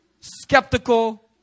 skeptical